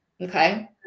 Okay